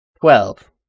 Twelve